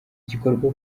gikorwa